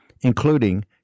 including